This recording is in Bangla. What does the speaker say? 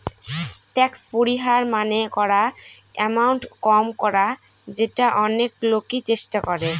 ট্যাক্স পরিহার মানে করা এমাউন্ট কম করা যেটা অনেক লোকই চেষ্টা করে